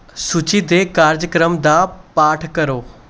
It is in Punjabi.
ਸੂਚੀ ਦੇ ਕਾਰਜਕ੍ਰਮ ਦਾ ਪਾਠ ਕਰੋ